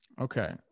Okay